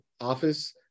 office